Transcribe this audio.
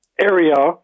area